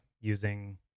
using